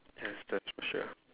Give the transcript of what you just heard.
yes that's for sure